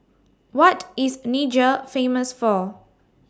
What IS Niger Famous For